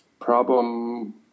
problem